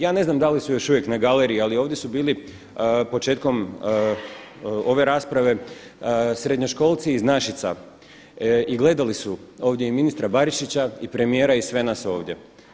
Ja ne znam da li su još uvijek na galeriji, ali ovdje su bili početkom ove rasprave srednjoškolci iz Našica i gledali su ovdje i ministra Barišića i premijera i sve nas ovdje.